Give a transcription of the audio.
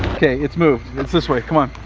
okay, it's moved. it's this way. come on,